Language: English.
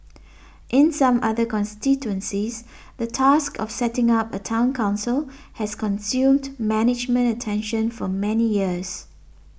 in some other constituencies the task of setting up a Town Council has consumed management attention for many years